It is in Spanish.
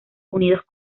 unidos